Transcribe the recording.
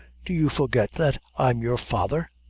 do you forget that i'm your father?